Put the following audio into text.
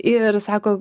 ir sako